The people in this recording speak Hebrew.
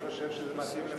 התשע"א 2011,